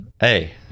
Hey